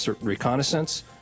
reconnaissance